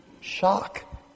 shock